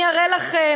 אני אראה לכם,